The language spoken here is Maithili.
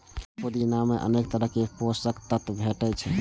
पुदीना मे अनेक तरहक पोषक तत्व भेटै छै